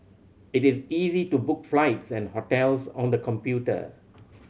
it is easy to book flights and hotels on the computer